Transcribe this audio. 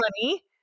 money